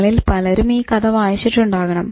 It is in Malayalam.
നിങ്ങളിൽ പലരും ഈ കഥ വായിച്ചിട്ടുണ്ടാകണം